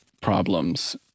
problems